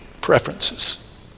preferences